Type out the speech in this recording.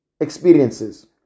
experiences